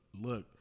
look